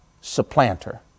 supplanter